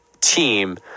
team